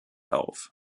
auf